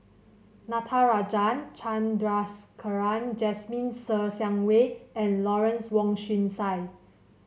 Natarajan Chandrasekaran Jasmine Ser Xiang Wei and Lawrence Wong Shyun Tsai